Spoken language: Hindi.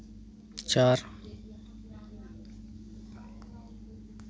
चार